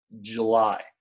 July